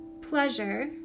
pleasure